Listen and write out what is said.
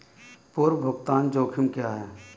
पूर्व भुगतान जोखिम क्या हैं?